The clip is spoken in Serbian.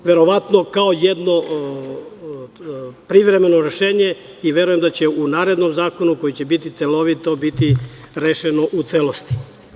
To je verovatno kao jedno privremeno rešenje i verujem da će u narednom zakonu, koji će biti celovito, to biti rešeno u celosti.